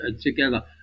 together